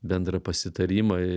bendrą pasitarimą